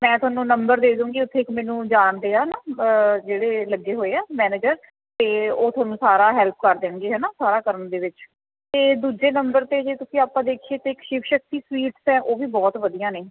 ਮੈਂ ਤੁਹਾਨੂੰ ਨੰਬਰ ਦੇ ਦਉਂਗੀ ਉੱਥੇ ਇੱਕ ਮੈਨੂੰ ਜਾਣਦੇ ਆ ਨਾ ਜਿਹੜੇ ਲੱਗੇ ਹੋਏ ਆ ਮੈਨੇਜਰ ਅਤੇ ਉਹ ਤੁਹਾਨੂੰ ਸਾਰਾ ਹੈਲਪ ਕਰ ਦੇਣਗੇ ਹੈ ਨਾ ਸਾਰਾ ਕਰਨ ਦੇ ਵਿੱਚ ਅਤੇ ਦੂਜੇ ਨੰਬਰ 'ਤੇ ਜੇ ਤੁਸੀਂ ਆਪਾਂ ਦੇਖੀਏ ਤਾਂ ਇੱਕ ਸ਼ਿਵ ਸ਼ਕਤੀ ਸਵੀਟਸ ਹੈ ਉਹ ਵੀ ਬਹੁਤ ਵਧੀਆ ਨੇ